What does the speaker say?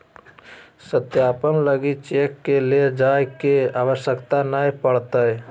सत्यापन लगी चेक के ले जाय के आवश्यकता नय पड़तय